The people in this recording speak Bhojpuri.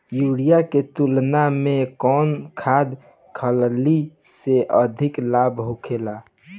यूरिया के तुलना में कौन खाध खल्ली से अधिक लाभ होखे?